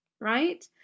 right